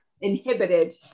inhibited